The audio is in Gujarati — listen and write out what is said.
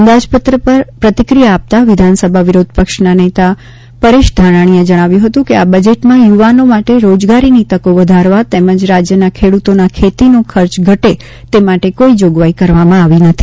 અંદાજપત્ર પર પ્રતિક્રિયા આપતા વિધાનસભાના વિરોધપક્ષના નેતા પરેશ ધાનાણીએ જણાવ્યું હતું કે આ બજેટમાં યુવાનો માટે રોજગારીની તકો વધારવા તેમજ રાજ્યના ખેડૂતોના ખેતીનો ખર્ચ ઘટે તે માટે કોઈ જોગવાઈ કરવામાં આવી નથી